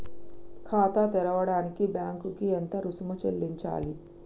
ఖాతా తెరవడానికి బ్యాంక్ కి ఎంత రుసుము చెల్లించాలి?